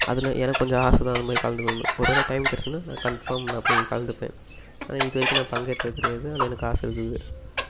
அது நான் எனக்கு கொஞ்சம் ஆசை தான் அந்த மாதிரி கலந்துகணுன்னு ஒரு வேலை டைம் கிடைச்சிதுனா நான் கன்ஃபார்ம் நான் போய் கலந்துப்பேன் ஆனால் இது வரைக்கும் நான் பங்கேற்றது கிடையாது ஆனால் எனக்கு ஆசை இருக்குது